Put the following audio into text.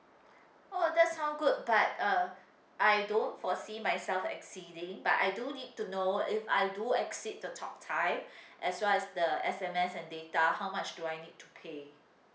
oh that sounds good but uh I don't foresee myself exceeding but I do need to know if I do exceed the talk time as well as the S_M_S and data how much do I need to pay